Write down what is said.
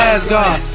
Asgard